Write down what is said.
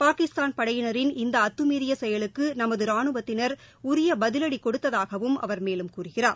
பாகிஸ்தான் படையினரின் இந்த அத்தமீறிய செயலுக்கு நமது ராணுவத்தினர் உரிய பதிலடி கொடுத்ததாகவும் அவர் மேலும் கூறுகிறார்